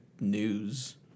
news